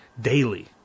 daily